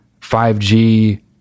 5G